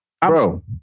Bro